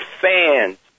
fans